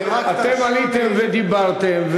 אתם עליתם ודיברתם.